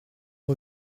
est